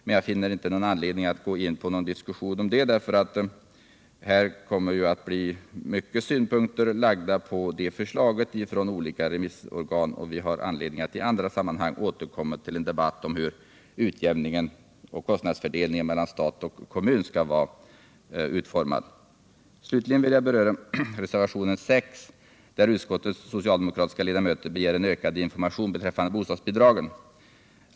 Men jag finner inte någon anledning att gå in på en diskussion om det, därför att många synpunkter kommer att läggas på förslaget från olika remissorgan, och vi har anledning att i andra sammanhang återkomma till en debatt om hur utjämningen och kostnadsfördelningen mellan stat och kommun skall utformas. Slutligen vill jag beröra reservationen 6, där utskottets socialdemokratiska ledamöter begär ökad information beträffande bostadsbidragen.